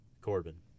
Corbin